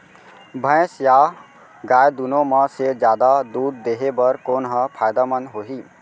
भैंस या गाय दुनो म से जादा दूध देहे बर कोन ह फायदामंद होही?